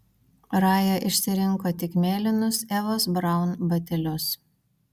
raja išsirinko tik mėlynus evos braun batelius